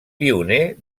pioner